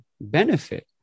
benefit